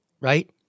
Right